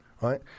right